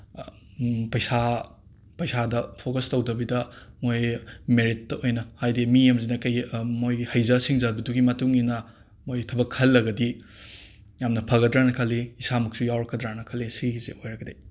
ꯄꯩꯁꯥ ꯄꯩꯁꯥꯗ ꯐꯣꯀꯁ ꯇꯧꯗꯕꯤꯗ ꯃꯣꯏ ꯃꯦꯔꯤꯠꯇ ꯑꯣꯏꯅ ꯍꯥꯏꯗꯤ ꯃꯤ ꯑꯃꯁꯤꯅ ꯀꯩꯒꯤ ꯃꯣꯏꯒꯤ ꯍꯩꯖ ꯁꯤꯡꯖꯕꯗꯨꯒꯤ ꯃꯇꯨꯡꯏꯟꯅ ꯃꯣꯏ ꯊꯕꯛ ꯈꯜꯂꯒꯗꯤ ꯌꯥꯝꯅ ꯐꯒꯗ꯭ꯔꯥꯅ ꯈꯜꯂꯤ ꯏꯁꯥꯃꯛꯁꯨ ꯌꯥꯎꯔꯛꯀꯗ꯭ꯔꯥꯅ ꯈꯜꯂꯤ ꯁꯤꯒꯤꯁꯤ ꯑꯣꯏꯔꯒꯗꯤ